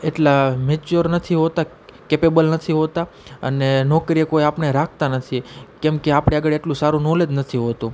એટલા મેચ્યોર નથી હોતા કેપેબલ નથી હોતા અને નોકરીએ કોઈ આપણને રાખતા નથી કેમકે આપણી આગળ એટલું સારું નોલેજ નથી હોતું